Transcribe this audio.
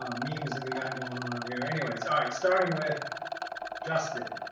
um means that we got going on over here anyways. all right starting with justin